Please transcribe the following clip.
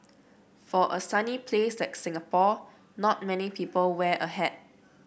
for a sunny place like Singapore not many people wear a hat